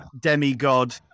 demigod